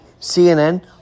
CNN